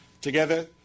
Together